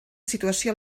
situació